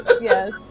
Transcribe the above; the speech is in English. Yes